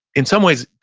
in some ways,